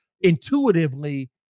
intuitively